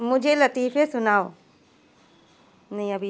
مجھے لطیفے سناؤ نہیں ابھی